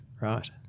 right